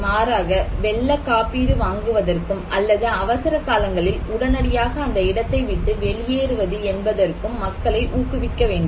மாறாக வெள்ள காப்பீடு வாங்குவதற்கும் அல்லது அவசர காலங்களில் உடனடியாக அந்த இடத்தை விட்டு வெளியேறுவது என்பதற்கும் மக்களை ஊக்குவிக்க வேண்டும்